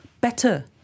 better